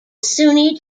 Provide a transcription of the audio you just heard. sunni